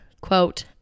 Quote